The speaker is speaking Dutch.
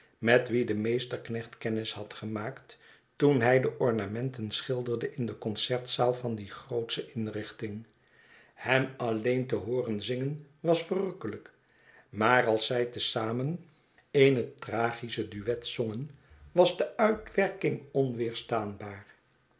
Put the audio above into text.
met wie de meesterknecht kennis had gemaakt toen hij de ornamenten schilderde in de concertzaal van die grootsche indenting hem allen te hooren zingen was verrukkelijk maar als zij te zamen eene tragische duet zongen was de uitwerking onweerstaanbaar